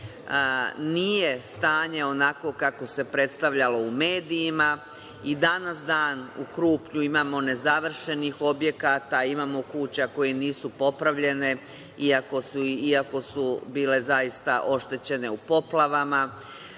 stanje onako kako se predstavljalo u medijima i danas dan, u Krupnju imamo nezavršenih objekata, imamo kuća koje nisu popravljene, iako su bile zaista oštećene u poplavama.